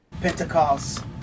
Pentecost